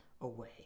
away